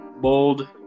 bold